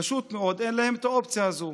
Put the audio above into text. פשוט מאוד אין להם את האופציה הזאת.